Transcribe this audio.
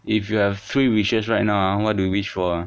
if you have three wishes right now ah what do you wish for ah